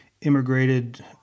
immigrated